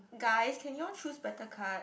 guys can you all choose better card